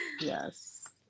Yes